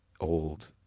old